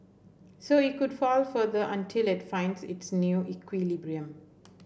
so it could fall further until it finds its new equilibrium